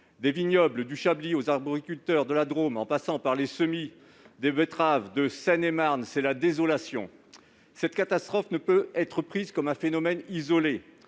Des vignobles du Chablis aux arboriculteurs de la Drôme, en passant par les semis de betteraves de la Seine-et-Marne, c'est la désolation. Cette catastrophe ne peut être prise comme un phénomène isolé.